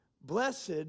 blessed